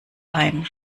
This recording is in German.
ein